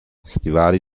stivali